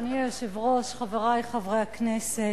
אדוני היושב-ראש, חברי חברי הכנסת,